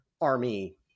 army